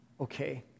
okay